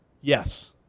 Yes